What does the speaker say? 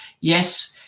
Yes